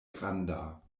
granda